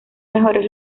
mejores